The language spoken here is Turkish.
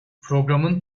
programın